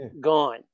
gone